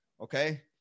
Okay